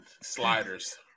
sliders